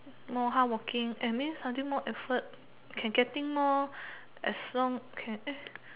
more hardworking and means until more effort can getting more as long can